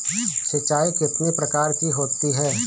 सिंचाई कितनी प्रकार की होती हैं?